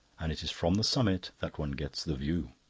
and it is from the summit that one gets the view.